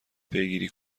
پیگیری